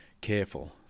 careful